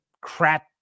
crap